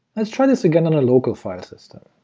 let's try this again on a local file system.